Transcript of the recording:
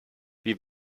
wie